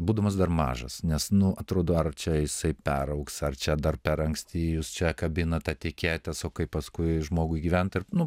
būdamas dar mažas nes nu atrodo ar čia jisai peraugs ar čia dar per anksti jūs čia kabinat etiketes o kaip paskui žmogui gyvent ir nu